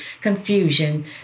confusion